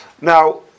Now